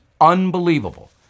unbelievable